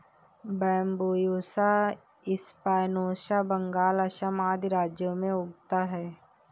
Bambusa spinosa Bengal, Assam आदि राज्यों में उगता है